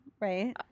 right